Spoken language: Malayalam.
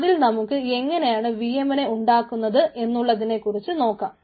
അതിൽ നമുക്ക് എങ്ങനെയാണ് vm നെ ഉണ്ടാക്കുന്നത് എന്നുള്ളതിനെ കുറിച്ചു നോക്കാം